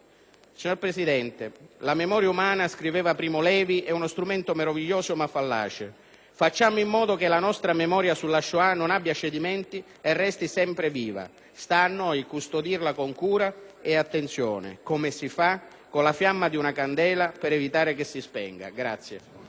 Signora Presidente, «la memoria umana» - scriveva Primo Levi - «è uno strumento meraviglioso ma fallace». Facciamo in modo che la nostra memoria sulla Shoah non abbia cedimenti e resti sempre viva. Sta a noi custodirla con cura e attenzione, come si fa con la fiamma di una candela per evitare che si spenga.